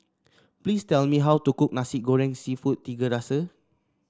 please tell me how to cook Nasi Goreng seafood Tiga Rasa